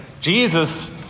Jesus